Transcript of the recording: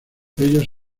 ellos